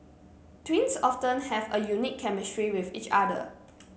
twins often have a unique chemistry with each other